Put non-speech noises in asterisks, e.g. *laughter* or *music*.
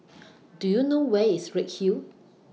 *noise* Do YOU know Where IS Redhill